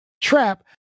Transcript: trap